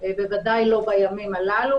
בוודאי לא בימים הללו,